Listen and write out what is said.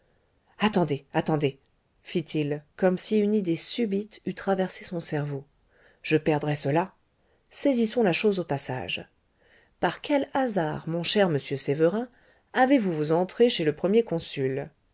attendez attendez fit-il comme si une idée subite eût traversé son cerveau je perdrais cela saisissons la chose au passage par quel hasard mon cher monsieur sévérin avez-vous vos entrées chez le premier consul